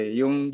yung